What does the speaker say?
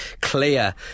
clear